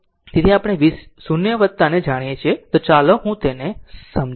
તેથી આપણે v0 ને જાણીએ છીએ તેથી ચાલો હું તેને સમજાવું